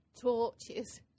torches